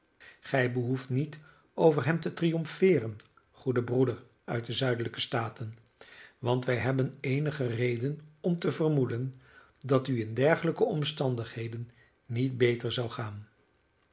gij behoeft niet over hem te triomfeeren goede broeder uit de zuidelijke staten want wij hebben eenige reden om te vermoeden dat het u in dergelijke omstandigheden niet beter zou gaan